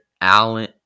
Allen